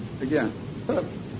Again